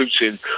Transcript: Putin